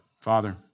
Father